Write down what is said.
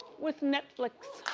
with netflix.